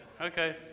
Okay